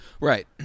Right